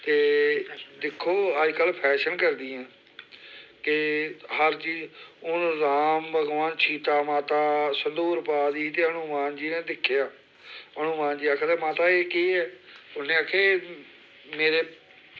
ते दिक्खो अजकल्ल फैशन करदियां कि हर चीज हून राम भगवान सीता माता संदूर पा दी ही ते हनुमान जी ने दिक्खेआ हनुमान जी आखदे माता एह् केह् ऐ उ'नें आखेआ एह् मेरे